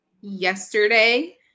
yesterday